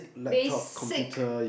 basic